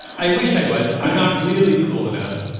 i wish i was. i'm not really cool enough.